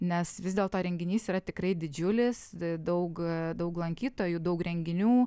nes vis dėlto renginys yra tikrai didžiulis daug daug lankytojų daug renginių